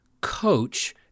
coach